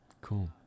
cool